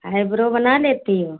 eyebrow बना लेती हो